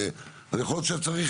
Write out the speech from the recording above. רגע, היועץ המשפטי רוצה להגיד